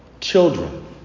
children